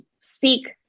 speak